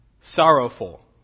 sorrowful